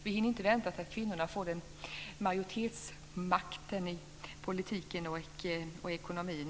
Vi hinner inte vänta på att kvinnorna får majoritetsmakten i politiken och i ekonomin.